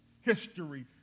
History